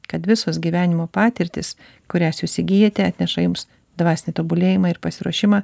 kad visos gyvenimo patirtys kurias jūs įgyjate atneša jums dvasinį tobulėjimą ir pasiruošimą